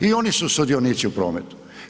I oni su sudionici u prometu.